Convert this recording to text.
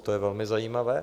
To je velmi zajímavé.